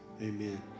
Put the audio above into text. amen